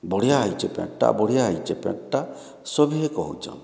ବଢ଼ିଆ ହେଇଛି ପ୍ୟାଣ୍ଟ୍ଟା ବଢ଼ିଆ ହେଇଛି ପ୍ୟାଣ୍ଟ୍ଟା ସଭିଏଁ କହୁଛନ୍